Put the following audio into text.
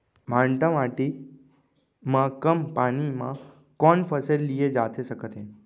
भांठा माटी मा कम पानी मा कौन फसल लिए जाथे सकत हे?